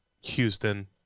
houston